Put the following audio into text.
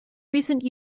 recent